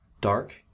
dark